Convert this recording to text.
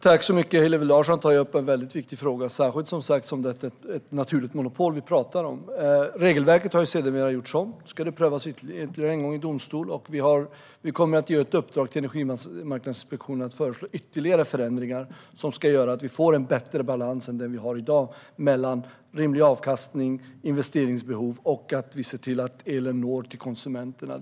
Herr talman! Hillevi Larsson tar upp en väldigt viktig fråga, särskilt som det är ett naturligt monopol vi pratar om. Regelverket har sedermera gjorts om. Nu ska det prövas ytterligare en gång i domstol. Och vi kommer att ge ett uppdrag till Energimarknadsinspektionen att föreslå ytterligare förändringar som ska göra att vi får en bättre balans än den vi har i dag mellan rimlig avkastning, investeringsbehov och när det gäller att vi ser till att elen når konsumenterna.